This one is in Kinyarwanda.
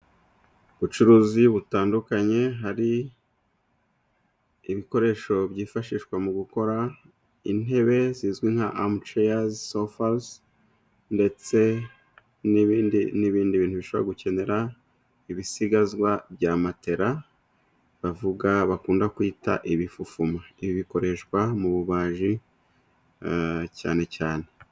Ubucuruzi butandukanye. Hari ibikoresho byifashishwa mu gukora intebe zizwi nka amuceyazi sofa, ndetse n'ibindi bintu bishobora gukenera ibisigazwa bya matela, bavuga bakunda kwita ibifufuma. Ibi bikoreshwa mu bubaji cyane cyane.